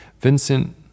Vincent